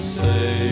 say